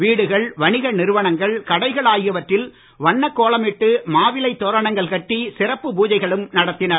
வீடுகள் வணிக நிறுவனங்கள் கடைகள் ஆகியவற்றில் வண்ணக் கோலமிட்டு மாவிலைத் தோரணங்கள் கட்டி சிறப்பு பூஜைகளும் நடத்தினர்